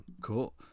Cool